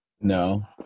No